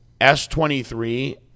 S23